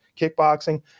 kickboxing